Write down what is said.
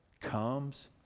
comes